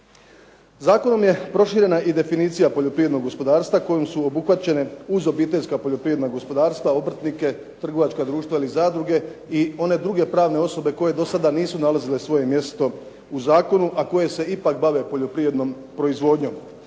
Zakonom je proširena i definicija poljoprivrednog gospodarstva kojom su obuhvaćene uz obiteljska poljoprivredna gospodarstva, obrtnike, trgovačka društva ili zadruge i one druge pravne osobe koje do sada nisu nalazile svoje mjesto u zakonu, a koje se ipak bave poljoprivrednom proizvodnjom.